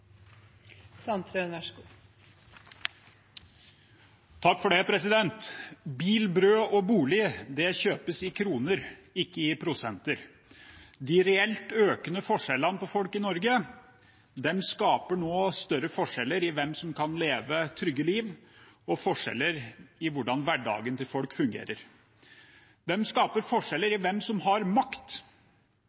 bolig kjøpes i kroner, ikke i prosenter. De reelt økende forskjellene på folk i Norge skaper nå større forskjeller i hvem som kan leve trygge liv, og forskjeller i hvordan hverdagen til folk fungerer. De skaper forskjeller i hvem som har makt.